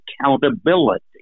accountability